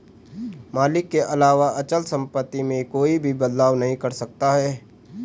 मालिक के अलावा अचल सम्पत्ति में कोई भी बदलाव नहीं कर सकता है